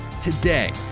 Today